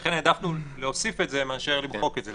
לכן העדפנו להוסיף את זה מאשר למחוק את זה,